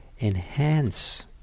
enhance